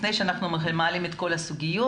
לפני שאנחנו מעלים את כל הסוגיות,